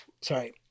sorry